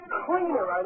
cleaner